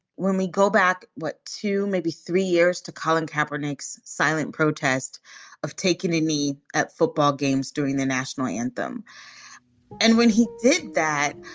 when we go back, what, two, maybe three years to colin catatonics silent protest of taking a knee at football games during the national anthem and when he did that,